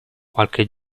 qualche